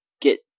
get